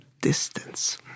distance